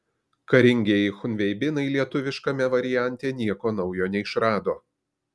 karingieji chunveibinai lietuviškame variante nieko naujo neišrado